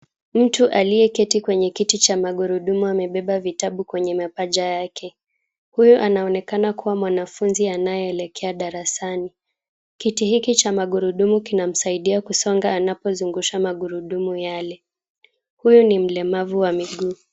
Mtu aliyeketi kwenye kiti cha magurudumu amebeba vitabu kwenye mapaja yake. Huyo anaonekana kuwa mwanafunzi anayeelekea darasani. Kiti hiki cha magurudumu kinamsaidia kusonga anapozungusha magurudumu yale. Huyu ni mlemavu wa miguu.